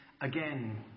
again